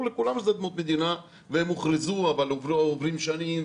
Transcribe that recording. לכולנו שאלה אדמות מדינה והן הוכרזו אבל עוברות שנים,